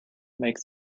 make